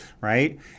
right